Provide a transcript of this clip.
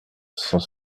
cent